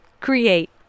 create